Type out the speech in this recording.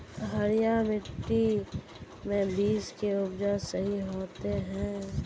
हरिया मिट्टी में बीज के उपज सही होते है?